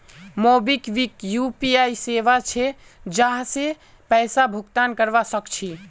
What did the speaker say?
MobiKwik UPI सेवा छे जहासे पैसा भुगतान करवा सक छी